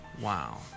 Wow